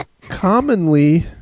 commonly